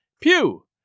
Pew